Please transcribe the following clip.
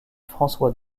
françois